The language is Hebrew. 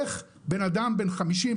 איך בן אדם בן 50,